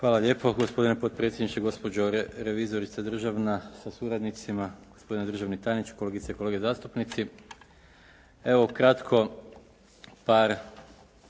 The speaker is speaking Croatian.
Hvala lijepo. Gospodine potpresjedniče, gospođo revizorice državna sa suradnicima, gospodine državni tajniče, kolegice i kolege zastupnici. Evo ukratko par